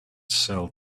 sell